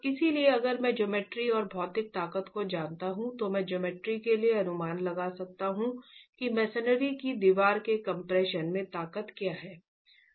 इसलिए अगर मैं ज्योमेट्री और भौतिक ताकत को जानता हूं तो मैं ज्योमेट्री के लिए अनुमान लगा सकता हूं कि मसनरी की दीवार के कम्प्रेशन में ताकत क्या ठीक है